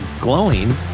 glowing